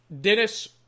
Dennis